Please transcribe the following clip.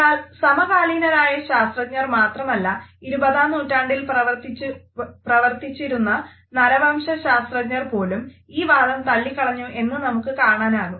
എന്നാൽ സമകാലീനരായ ശാസ്ത്രജ്ഞർ മാത്രമല്ല ഇരുപതാം നൂറ്റാണ്ടിൽ പ്രവർത്തിച്ചിരുന്ന നരവംശശാസ്ത്രജ്ഞർ പോലും ഈ വാദം തള്ളിക്കളഞ്ഞു എന്ന് നമുക്ക് കാണാനാകും